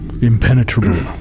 Impenetrable